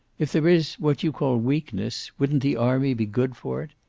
if there is what you call weakness, wouldn't the army be good for it?